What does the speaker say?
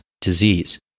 disease